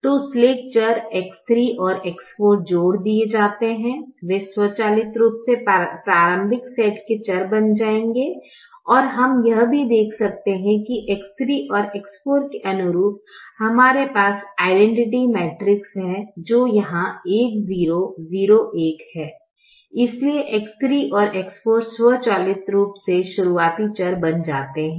तो स्लैक चर X3 और X4 जोड़ दिए जाते हैं वे स्वचालित रूप से प्रारंभिक सेट के चर बन जाएंगे और हम यह भी देख सकते हैं कि X3 और X4 के अनुरूप हमारे पास आइडैनटिटि मैट्रिक्स है जो यहां 1 0 0 1 है इसलिए X3 और X4 स्वचालित रूप से शुरुआती चर बन जाते हैं